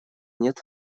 нет